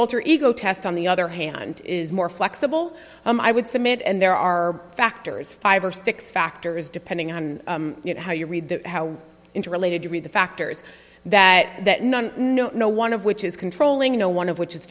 alter ego test on the other hand is more flexible i would submit and there are factors five or six factors depending on how you read the how interrelated you read the factors that that none no no one of which is controlling no one of which is